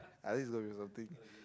I think it's gonna be something